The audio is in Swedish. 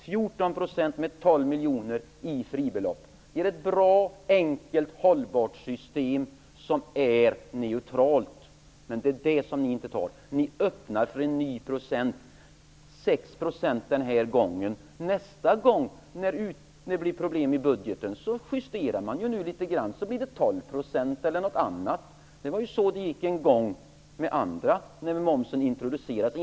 14 % reklamskatt med 12 miljoner i fribelopp ger ett bra, enkelt och hållbart system som är neutralt. Men ni öppnar för en ny procentsats, 6 % den här gången. Nästa gång det blir problem med budgeten så justerar man litet grand så blir det 12 % eller något annat. Det var så det gick till en gång när momsen introducerades.